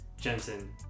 Jensen